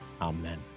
Amen